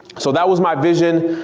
so that was my vision,